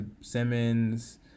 Simmons